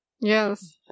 Yes